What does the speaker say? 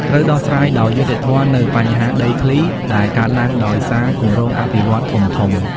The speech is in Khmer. ត្រូវដោះស្រាយដោយយុត្តិធម៌នូវ បញ្ហាដីធ្លី ដែលកើតឡើងដោយសារគម្រោងអភិវឌ្ឍន៍ធំៗ។